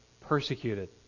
persecuted